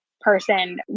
person